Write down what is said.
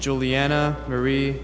julianna marie